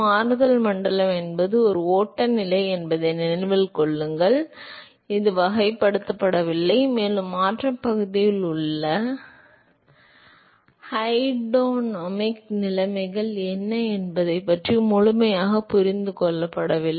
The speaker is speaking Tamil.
மாறுதல் மண்டலம் என்பது ஒரு ஓட்ட நிலை என்பதை நினைவில் கொள்ளுங்கள் இது வகைப்படுத்தப்படவில்லை மேலும் மாற்றம் பகுதியில் உள்ள ஹைட்ரோடினமிக் நிலைமைகள் என்ன என்பது பற்றி முழுமையாக புரிந்து கொள்ளப்படவில்லை